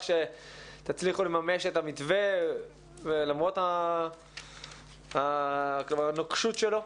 שתצליחו לממש את המתווה למרות הנוקשות שלו?